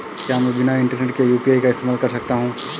क्या मैं बिना इंटरनेट के यू.पी.आई का इस्तेमाल कर सकता हूं?